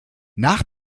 nach